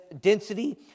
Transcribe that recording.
density